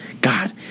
God